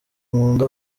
nkunda